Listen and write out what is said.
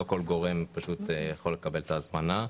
לא כל גורם יכול לקבל את ההזמנה.